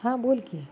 हां बोल की